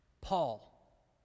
Paul